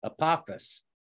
Apophis